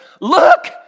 Look